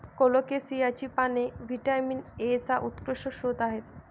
कोलोकेसियाची पाने व्हिटॅमिन एचा उत्कृष्ट स्रोत आहेत